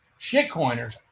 shitcoiners